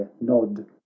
nod